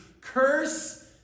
Curse